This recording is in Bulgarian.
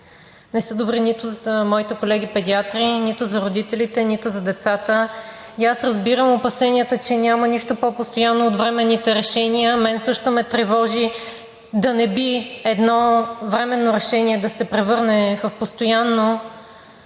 не са добри нито за моите колеги педиатри, нито за родителите, нито за децата и разбирам опасенията, че няма нищо по-постоянно от временните решения. Тревожи ме също да не би едно временно решение да се превърне в постоянно,